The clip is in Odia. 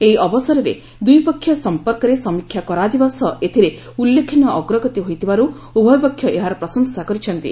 ଏହି ଅବସରରେ ଦୁଇପକ୍ଷୀୟ ସଂପର୍କରେ ସମୀକ୍ଷା କରାଯିବା ସହ ଏଥିରେ ଉଲ୍ଲେଖନୀୟ ଅଗ୍ରଗତି ହୋଇଥିବାରୁ ଉଭୟପକ୍ଷ ଏହାର ପ୍ରଶଂସା କରିଛନ୍ତି